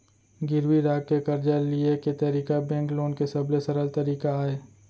गिरवी राख के करजा लिये के तरीका बेंक लोन के सबले सरल तरीका अय